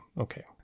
Okay